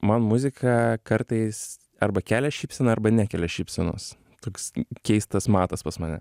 man muzika kartais arba kelia šypseną arba nekelia šypsenos toks keistas matas pas mane